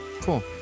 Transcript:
Cool